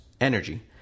energy